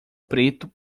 preto